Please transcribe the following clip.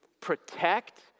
protect